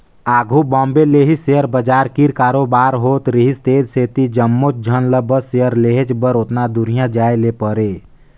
आघु बॉम्बे ले ही सेयर बजार कीर कारोबार होत रिहिस तेन सेती जम्मोच झन ल बस सेयर लेहेच बर ओतना दुरिहां जाए ले परे